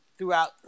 throughout